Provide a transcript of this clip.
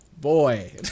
Boy